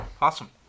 Awesome